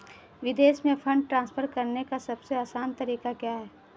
विदेश में fund transfer करने का सबसे आसान तरीका क्या है?